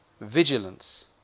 vigilance